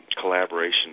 collaboration